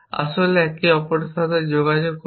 আসলে একে অপরের সাথে যোগাযোগ করতে